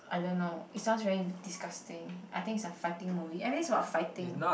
I don't know it sounds very disgusting I think it's a fighting movie everything's about fighting